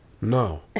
No